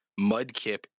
Mudkip